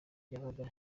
yabaga